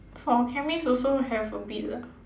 for chemists also have a bit lah